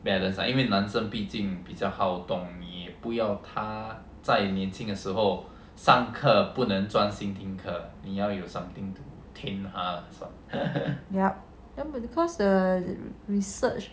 yup then because the research